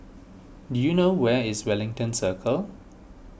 do you know where is Wellington Circle